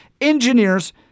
engineers